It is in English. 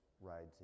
rides